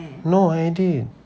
no idea